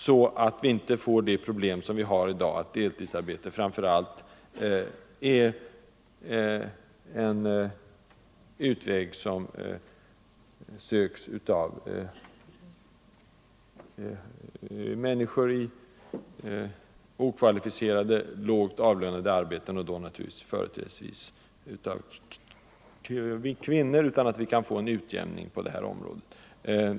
Annars får vi samma problem som vi har i dag, nämligen att deltidsarbete framför allt förekommer i okvalificerade, lågt avlönade arbeten, och främst för kvinnor. Vi vill ha en utjämning på det området.